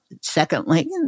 Secondly